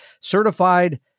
Certified